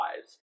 wise